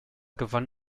gewann